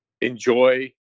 enjoy